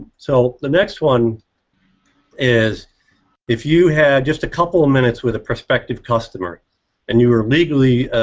so the next one is if you have just a couple of minutes with a prospective customer and you are legally